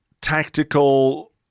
tactical